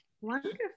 Wonderful